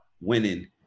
winning